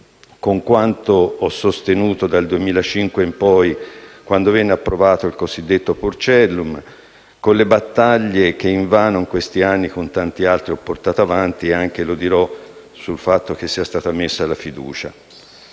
con quanto ho sostenuto dal 2005 in poi, quando venne approvato il cosiddetto Porcellum; con le battaglie che invano in questi anni con tanti altri ho portato avanti e anche per il fatto che sia stata posta la questione